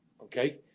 Okay